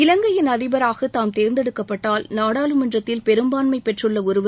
இலங்கையின் அதிபராக தாம் தேர்ந்தெடுக்கப்பட்டால் நாடாளுமன்றத்தில் பெரும்பான்மை பெற்றுள்ள ஒருவர்